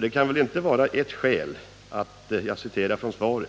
Det förhållandet att, som det heter i svaret,